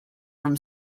from